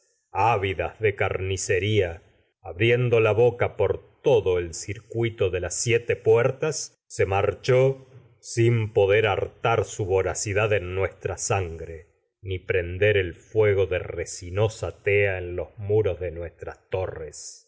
ávidas de carnicería las abriendo la boca por todo el circuito de hartar el su siete puertas se marchó sin po en der voracidad nuestra sangre ni pren der fuego de resinosa tea en los muros de nuestras torres